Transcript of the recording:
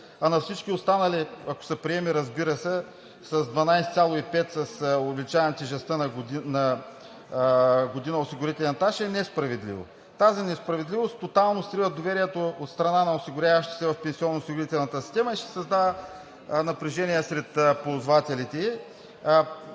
а на всички останали, ако се приеме, разбира се, с 12,5% с увеличаване тежестта на година осигурителен стаж, е несправедливо. Тази несправедливост тотално срива доверието от страна на осигуряващите се в пенсионноосигурителната система и ще създава напрежение сред ползвателите